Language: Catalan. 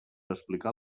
explicar